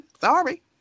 Sorry